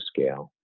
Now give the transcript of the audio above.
scale